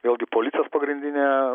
vėlgi policijos pagrindinė